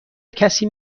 کسی